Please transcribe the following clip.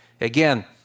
Again